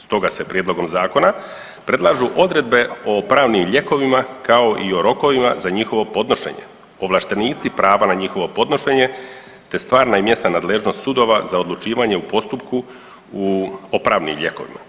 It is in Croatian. Stoga se prijedlogom zakona predlažu odredbe o pravnim lijekovima kao i rokovima za njihovo podnošenje, ovlaštenici prava na njihovo podnošenje te stvarna i mjesna nadležnost sudova za odlučivanje u postupku o pravnim lijekovima.